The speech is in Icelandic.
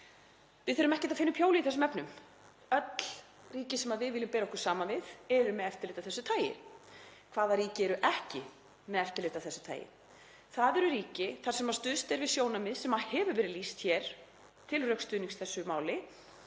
Við þurfum ekkert að finna upp hjólið í þessum efnum. Öll ríki sem við viljum bera okkur saman við eru með eftirlit af þessu tagi. Hvaða ríki eru ekki með eftirlit af þessu tagi? Það eru ríki þar sem stuðst er við sjónarmið sem hefur verið lýst hér til rökstuðnings þessu máli